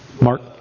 Mark